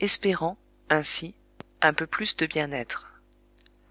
espérant ainsi un peu plus de bien-être